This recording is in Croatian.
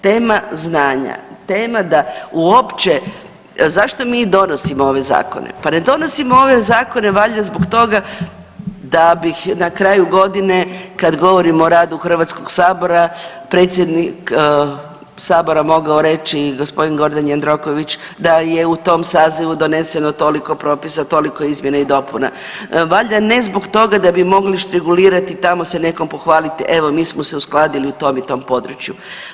Tema znanja, tema da uopće zašto mi donosimo ove zakone, pa ne donosimo ove zakone valjda zbog toga da bih na kraju godine kad govorimo o radu Hrvatskog sabora, predsjednik sabora mogao reći gospodin Gordan Jandroković da je u tom sazivu doneseno toliko propisa, toliko izmjena i dopuna valjda ne zbog toga da bi mogli štrigulirati tamo se nekom pohvaliti evo mi smo se uskladili u tom i tom području.